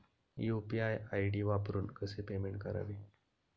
UPI ID वापरून कसे payment करावे?